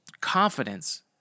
confidence